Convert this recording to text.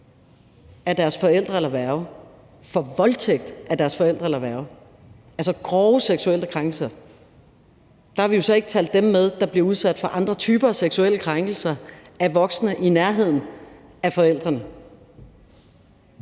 af deres forældre eller værge – for voldtægt af deres forældre eller værge, altså grove seksuelle krænkelser. Der har vi jo så ikke talt dem med, der bliver udsat for andre typer af seksuelle krænkelser af voksne i nærheden af forældrene.